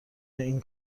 این